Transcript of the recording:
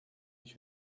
ich